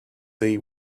they